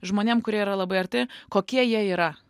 žmonėm kurie yra labai arti kokie jie yra